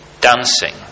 dancing